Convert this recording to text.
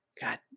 god